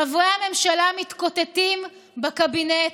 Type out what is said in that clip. חברי הממשלה מתקוטטים בקבינט.